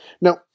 Now